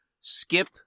skip